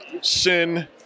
sin